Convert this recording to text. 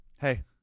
Hey